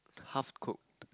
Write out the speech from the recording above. half cooked